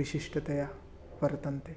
विशिष्टतया वर्तन्ते